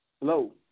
Hello